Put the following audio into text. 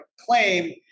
claim